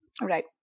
right